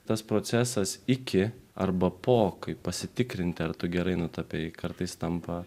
tas procesas iki arba po kaip pasitikrinti ar tu gerai nutapei kartais tampa